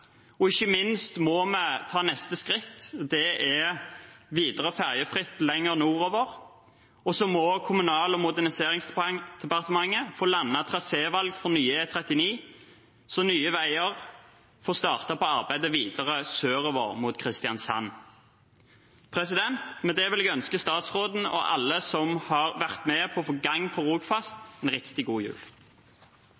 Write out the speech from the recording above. og ikke minst må vi ta neste skritt: Det er videre fergefritt lenger nordover. Og så må Kommunal- og moderniseringsdepartementet få landet trasévalget for nye E39, så Nye Veier får startet på arbeidet videre sørover mot Kristiansand. Med det vil jeg ønske statsråden og alle som har vært med på å få gang på Rogfast,